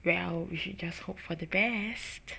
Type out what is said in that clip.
well you should just hope for the best